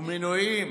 ומינויים